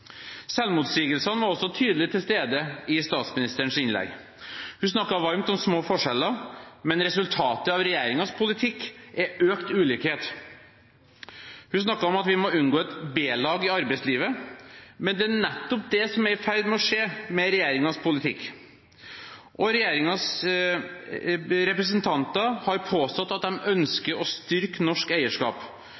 Selvmotsigelsene var også tydelig til stede i statsministerens innlegg. Hun snakket varmt om små forskjeller, men resultatet av regjeringens politikk er økt ulikhet. Hun snakket om at vi må unngå et B-lag i arbeidslivet, men det er nettopp det som er i ferd med å skje med regjeringens politikk. Representanter for regjeringen har påstått at